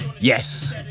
yes